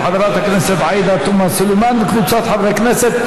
של חברת הכנסת עאידה תומא סלימאן וקבוצת חברי הכנסת.